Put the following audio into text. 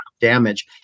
damage